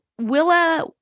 Willa